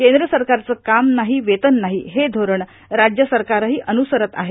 केंद्र सरकारचं काम नाही वेतन नाही हे धोरण राज्य सरकारही अन्रसरत आहे